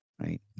right